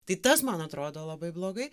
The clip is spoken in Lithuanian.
tai tas man atrodo labai blogai